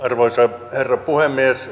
arvoisa herra puhemies